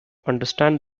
understand